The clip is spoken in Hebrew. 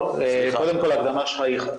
וברכה.